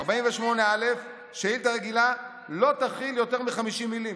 48(א): "שאילתה רגילה לא תכיל יותר מ-50 מילים".